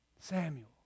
Samuel